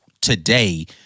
today